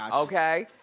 um okay,